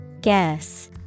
Guess